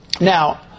Now